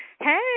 Hey